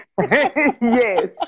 Yes